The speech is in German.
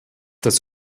das